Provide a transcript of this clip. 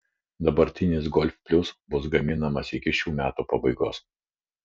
dabartinis golf plius bus gaminamas iki šių metų pabaigos